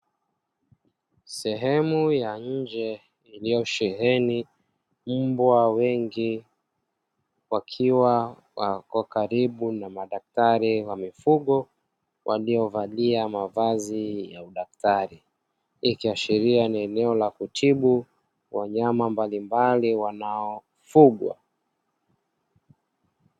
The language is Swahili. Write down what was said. Sehemu ya nje iliyosheheni mbwa wengi wakiwa wako karibu na madaktari wa mifugo waliovalia mavazi ya udaktari. Hii ikiashiria ni eneo la kutibu wanyama mbalimbali wanaofugwa.